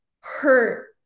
hurt